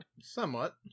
Somewhat